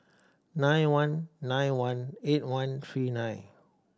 nine one nine one eight one three nine